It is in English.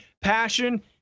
passion